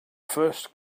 first